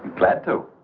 flatow.